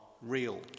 real